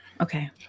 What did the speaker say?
Okay